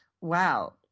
wow